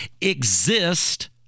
exist